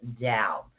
down